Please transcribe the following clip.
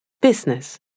business